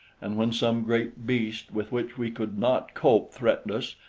and when some great beast with which we could not cope threatened us,